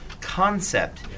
concept